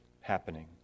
happening